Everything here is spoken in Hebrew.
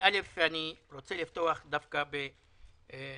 אני אומר לו כאן